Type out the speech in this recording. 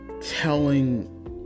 Telling